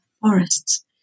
forests